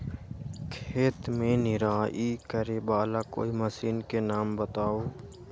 खेत मे निराई करे वाला कोई मशीन के नाम बताऊ?